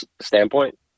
standpoint